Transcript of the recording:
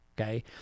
Okay